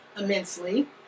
immensely